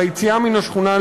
ביציאה מן השכונה,